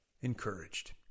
encouraged